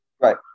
Right